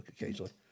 occasionally